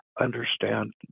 understand